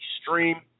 Stream